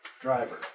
Driver